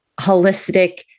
holistic